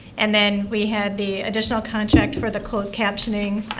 and then we had the additional contract for the closed captioning,